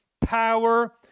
power